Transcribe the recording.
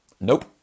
Nope